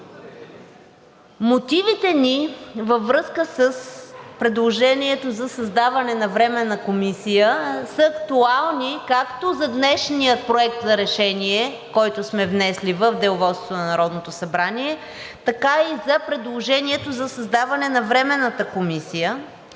Мотивите ни във връзка с предложението за създаване на Временната комисия са актуални както за днешния проект за решение, който сме внесли в Деловодството на Народното събрание, така и за предложението за създаване на Временната комисия,